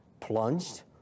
plunged